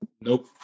Nope